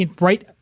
right